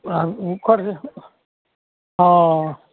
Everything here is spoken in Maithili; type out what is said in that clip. आब ओकर जे हँअऽ